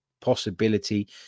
possibility